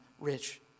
rich